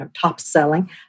top-selling